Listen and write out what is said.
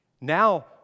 now